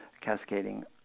cascading